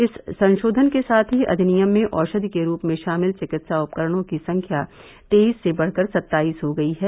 इस संशोधन के साथ ही अधिनियम में औषधि के रूप में शामिल चिकित्सा उपकरणों की संख्या तेईस से बढ़कर सत्ताईस हो गई है